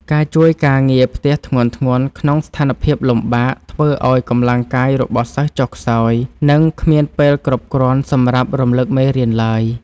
ការជួយការងារផ្ទះធ្ងន់ៗក្នុងស្ថានភាពលំបាក ធ្វើឱ្យកម្លាំងកាយរបស់សិស្សចុះខ្សោយ និងគ្មានពេលគ្រប់គ្រាន់សម្រាប់រំលឹកមេរៀនឡើយ។